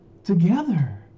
together